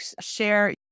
share